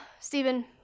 Stephen